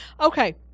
Okay